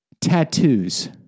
tattoos